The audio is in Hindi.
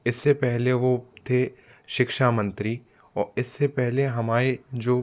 इससे पहले वो थे शिक्षा मंत्री और इससे पहले हमारे जो